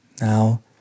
Now